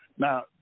Now